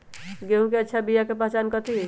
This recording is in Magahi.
गेंहू के अच्छा बिया के पहचान कथि हई?